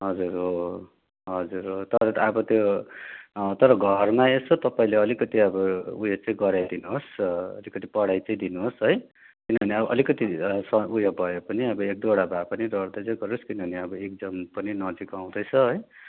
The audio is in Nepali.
हजुर हो हो हजुर हो त अब त्यो तर घरमा यसो तपाईँले अलिकति अब उयो चाहिँ गराइदिनुहोस् अलिकति पढाइ चाहिँ दिनुहोस् है किनभने अलिकति स्व उयो भएपनि अब एक दुईवटा भएपनि रट्दै चाहिँ गरोस् किनभने अब एक्जाम पनि नजिक आउँदैछ है